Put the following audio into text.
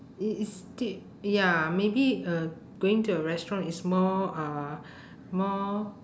i~ it's sti~ ya maybe uh going to a restaurant is more uh more